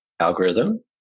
algorithm